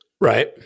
Right